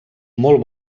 molt